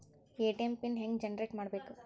ATM pin ಹೆಂಗ್ generate ಮಾಡಬೇಕು?